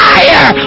Fire